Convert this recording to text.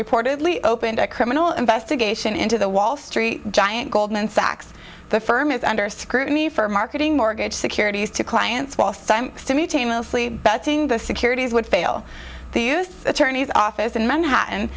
reportedly opened a criminal investigation into the wall street giant goldman sachs the firm is under scrutiny for marketing mortgage securities to clients whilst betting the securities would fail the u s attorney's office in manhattan